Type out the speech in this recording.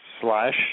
slash